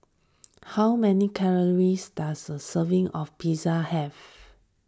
how many calories does a serving of Pizza have